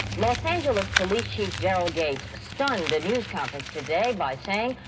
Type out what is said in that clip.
los angeles police chief daryl gates stunned a news conference today by saying,